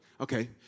Okay